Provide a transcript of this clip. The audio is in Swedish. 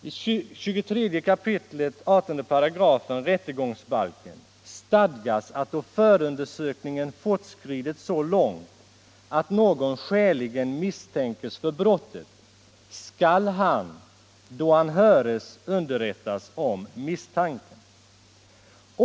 I 23 kap. 18§ rättegångsbalken stadgas att då förundersökningen fortskridit så långt att någon skäligen misstänkes för brottet, skall han, då han höres, underrättas om misstanken.